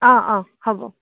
অঁ অঁ হ'ব